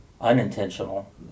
unintentional